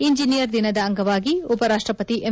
engineer ದಿನದ ಅಂಗವಾಗಿ ಉಪರಾಷ್ಟಪತಿ ಎಂ